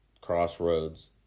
Crossroads